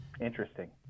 Interesting